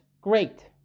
great